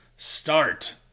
Start